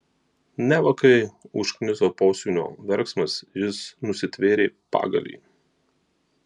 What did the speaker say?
neva kai užkniso posūnio verksmas jis nusitvėrė pagalį